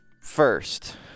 first